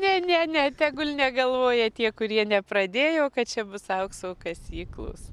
ne ne ne tegul negalvoja tie kurie nepradėjo kad čia bus aukso kasyklos